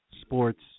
sports